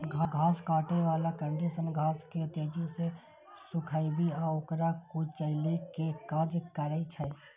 घास काटै बला कंडीशनर घास के तेजी सं सुखाबै आ ओकरा कुचलै के काज करै छै